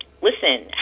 Listen